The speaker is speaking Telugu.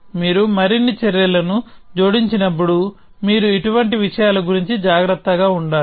మీరు మరిన్ని చర్యలను జోడించినప్పుడు మీరు ఇటువంటి విషయాల గురించి జాగ్రత్తగా ఉండాలి